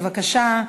בבקשה,